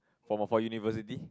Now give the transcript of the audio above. for more university